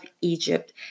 Egypt